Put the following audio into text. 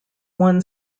won